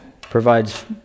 provides